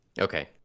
Okay